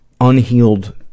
unhealed